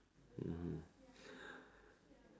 mmhmm